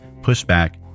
pushback